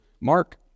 Mark